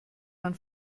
man